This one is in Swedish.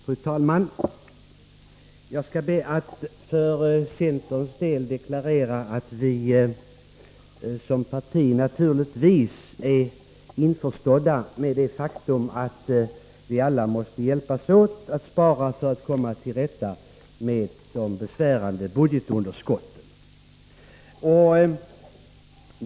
Fru talman! Jag skall be att för centerns del få deklarera att vi naturligtvis är införstådda med det faktum att vi alla måste hjälpas åt att spara för att komma till rätta med det besvärande budgetunderskottet.